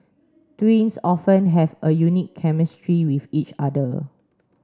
twins often have a unique chemistry with each other